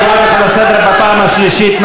אני קורא אותך לסדר פעם שלישית.